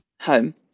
home